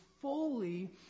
fully